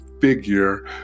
figure